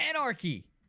anarchy